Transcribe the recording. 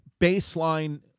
baseline